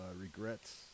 Regrets